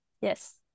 yes